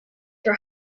were